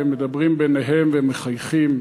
והם מדברים ביניהם והם מחייכים.